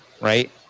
right